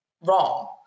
wrong